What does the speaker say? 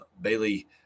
Bailey